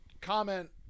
comment